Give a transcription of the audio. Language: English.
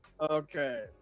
Okay